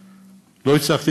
אני מצטרף אליך,